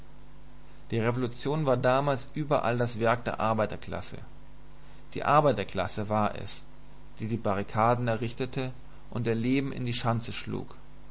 die revolution war damals überall das werk der arbeiterklasse die arbeiterklasse war es die die barrikaden errichtete und ihr leben in die schanze schlug